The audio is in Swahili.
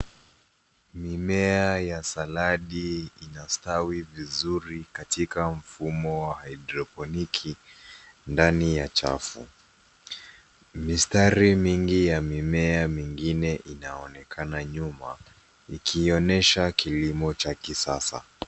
Mimea ya saladi inastawi vizuri katika mfumo wa haidroponiki ndani ya chafu. Mistari mingi ya mimea mingine inaonekana nyumba, ikionyesha kilimo cha kisasa.